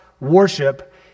worship